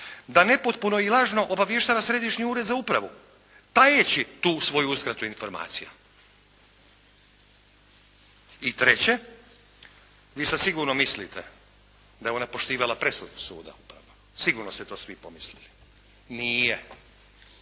da nepotpuno i lažno obavještava Središnji ured za upravu tajeći tu svoju uskratu informacija. I treće, vi sad sigurno mislite da je ona poštivala presudu suda uprava, sigurno ste to svi pomislili. Nije.